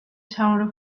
town